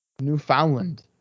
Newfoundland